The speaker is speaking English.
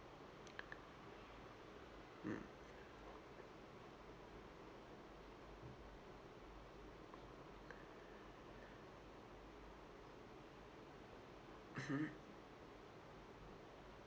mm mmhmm